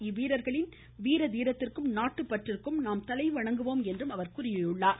இவ்வீரர்களின் வீர தீரத்திற்கும் நாட்டுப்பற்றுக்கும் நாம் தலைவணங்குவோம் என்றும் அவர் கூறினார்